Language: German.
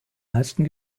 meisten